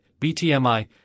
BTMI